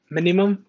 Minimum